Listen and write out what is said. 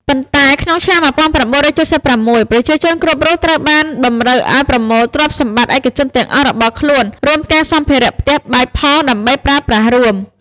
ប៉ុន្តែក្នុងឆ្នាំ១៩៧៦ ប្រជាជនគ្រប់រូប ត្រូវបានតម្រូវឱ្យប្រមូលទ្រព្យសម្បត្តិឯកជនទាំងអស់របស់ខ្លួន រួមទាំងសម្ភារៈផ្ទះបាយផង ដើម្បីប្រើប្រាស់រួម ។